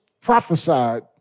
prophesied